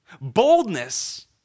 Boldness